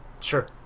Sure